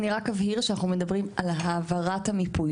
אני רק אבהיר שאנחנו מדברים על העברת המיפוי.